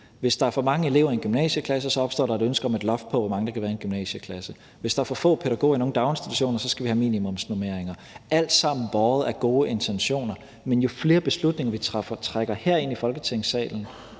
hvis der er for mange elever i en gymnasieklasse, opstår der et ønske om et loft over, hvor mange der kan være i en gymnasieklasse; hvis der er for få pædagoger i nogle daginstitutioner, skal vi have minimumsnormeringer. Det er alt sammen båret af gode intentioner. Men jo flere ting, vi trækker her ind i Folketingssalen